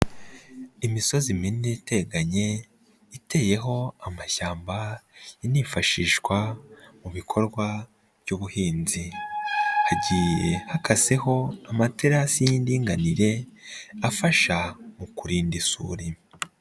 imisozi minini iteganye, iteyeho amashyamba, inifashishwa mu bikorwa by'ubuhinzi, hagiye hakaseho amaterasi y'indinganire, afasha mu kurinda isuri.